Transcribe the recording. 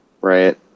Right